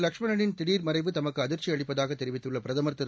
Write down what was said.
லட்சுமணனின் திஉர் மறைவு தமக்கு அதிர்ச்சி அளிப்பதாக தெரிவித்துள்ள பிரதமர் திரு